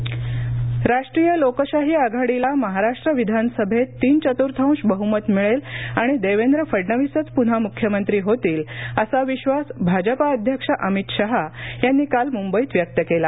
श्रम राष्ट्रीय लोकशाही आघाडीला महाराष्ट्र विधानसभेत तीनचतुर्थांश बहुमत मिळेल आणि देवेंद्र फडणवीसच पुन्हा मुख्यमंत्री होतील असा विश्वास भाजपा अध्यक्ष अमित शहा यांनी काल मुंबईत व्यक्त केला